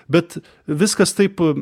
bet viskas taip